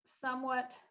somewhat